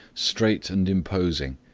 straight and imposing,